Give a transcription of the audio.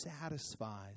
satisfies